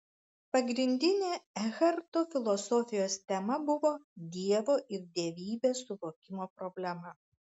pagrindinė ekharto filosofijos tema buvo dievo ir dievybės suvokimo problema